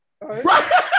Right